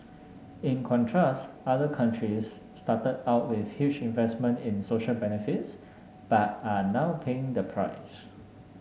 in contrast other countries started out with huge investments in social benefits but are now paying the price